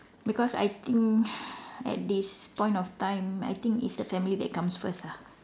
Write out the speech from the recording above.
because I think at this point of time I think it's the family that comes first ah